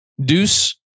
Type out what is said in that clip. Deuce